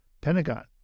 Pentagon